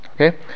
okay